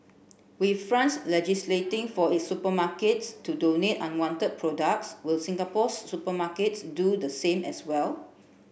with France legislating for its supermarkets to donate unwanted products will Singapore's supermarkets do the same as well